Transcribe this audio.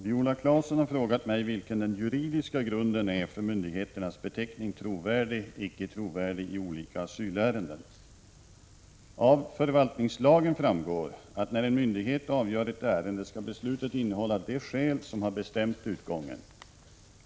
Herr talman! Viola Claesson har frågat mig vilken den juridiska grunden är för myndigheternas beteckning ”trovärdig”/”icke trovärdig” i olika asylärenden. Av förvaltningslagen framgår att när en myndighet avgör ett ärende skall beslutet innehålla de skäl som har bestämt utgången.